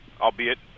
Albeit